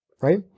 right